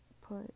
put